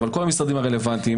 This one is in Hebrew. אבל כל המשרדים הרלוונטיים,